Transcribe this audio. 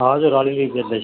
हजुर अलि अलि बेच्दैछ